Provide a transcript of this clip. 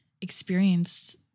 experienced